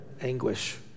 anguish